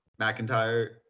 McIntyre